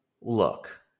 Look